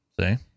See